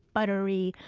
buttery,